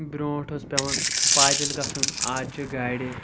برٛونٛٹھ اوس پٮ۪وان پایدٔلۍ گژھُن آز چھِ گاڑِ